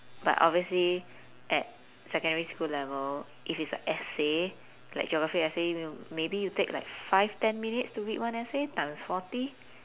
but obviously at secondary school level if it's an essay like geography essay m~ maybe you take like five ten minutes to read one essay times forty